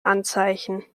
anzeichen